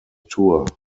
tour